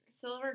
Silver